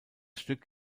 stück